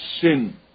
sin